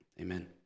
amen